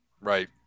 Right